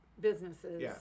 businesses